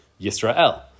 Yisrael